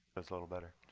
is a little better.